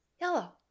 Yellow